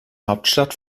hauptstadt